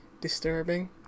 disturbing